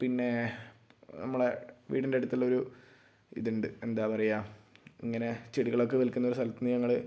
പിന്നെ നമ്മളെ വീടിൻ്റെ അടുത്തുള്ള ഒരു ഇതുണ്ട് എന്താണ് പറയുക ഇങ്ങനെ ചെടികളൊക്കെ വിൽക്കുന്ന ഒരു സ്ഥലത്ത് നിന്ന് ഞങ്ങൾ